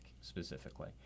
specifically